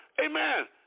Amen